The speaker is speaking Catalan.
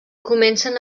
comencen